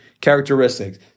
characteristics